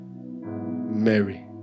Mary